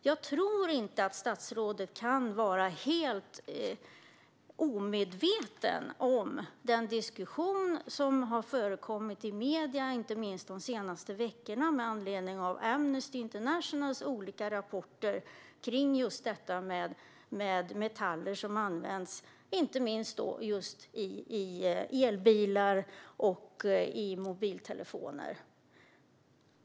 Jag tror inte att statsrådet kan vara helt omedveten om den diskussion som har förekommit i medierna, inte minst de senaste veckorna, med anledning av Amnesty Internationals olika rapporter om just detta med metaller som används inte minst i elbilar och mobiltelefoner.